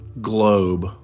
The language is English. globe